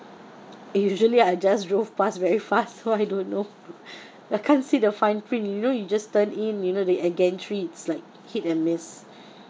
usually I just drove pass very fast so I don't know I can't see the fine print you know you just turn in you know the and gantry is like hit and miss